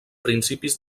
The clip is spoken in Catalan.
principis